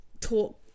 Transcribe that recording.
talk